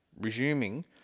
Resuming